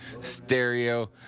stereo